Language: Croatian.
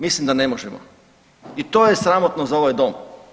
Mislim da ne možemo i to je sramotno za ovaj Dom.